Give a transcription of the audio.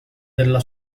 della